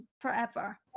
forever